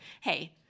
hey